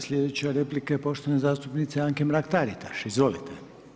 Slijedeća replika je poštovane zastupnice AANke Mrak-Taritaš, izvolite.